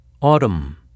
Autumn